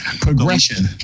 Progression